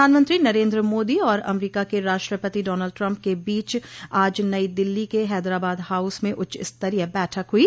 प्रधानमंत्री नरेन्द्र मोदी और अमरीका के राष्ट्रपति डॉनल्ड ट्रम्प के बीच आज नई दिल्ली के हैदराबाद हाउस में उच्चस्तरीय बैठक हुई